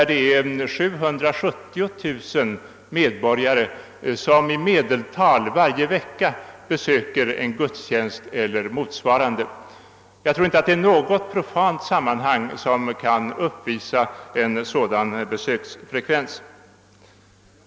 I medeltal 770 000 medborgare besöker varje vecka en gudstjänst eller motsvarande. Jag tror inte att något profant sammanhang kan uppvisa en sådan besöksfrekvens.